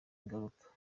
ingaruka